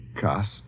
cast